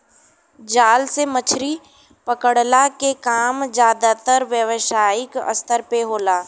जाल से मछरी पकड़ला के काम जादातर व्यावसायिक स्तर पे होला